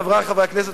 חברי חברי הכנסת,